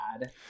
bad